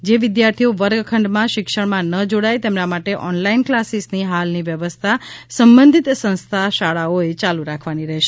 જે વિદ્યાર્થીઓ વર્ગખંડમાં શિક્ષણમાં ન જોડાય તેમના માટે ઓનલાઇન ક્લાસીસની હાલની વ્યવસ્થા સંબંધિત સંસ્થા શાળાઓએ યાલુ રાખવાની રહેશે